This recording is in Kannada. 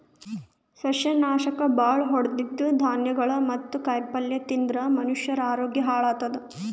ಸಸ್ಯನಾಶಕ್ ಭಾಳ್ ಹೊಡದಿದ್ದ್ ಧಾನ್ಯಗೊಳ್ ಮತ್ತ್ ಕಾಯಿಪಲ್ಯ ತಿಂದ್ರ್ ಮನಷ್ಯರ ಆರೋಗ್ಯ ಹಾಳತದ್